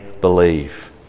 believe